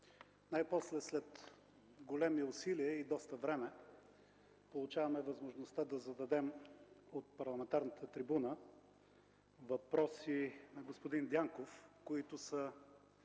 Най-после, след големи усилия и доста време, получаваме възможността да зададем от парламентарната трибуна въпроси на господин Дянков, които са